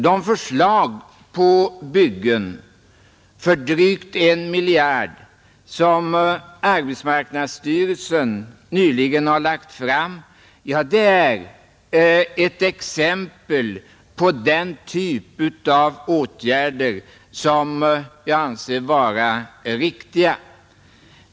De förslag på byggen för drygt 1 miljard, som arbetsmarknadsstyrelsen nyligen har lagt fram, är ett exempel på den typ av åtgärder som jag anser vara riktiga.